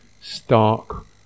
stark